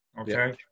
Okay